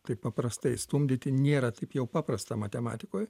taip paprastai stumdyti nėra taip jau paprasta matematikoj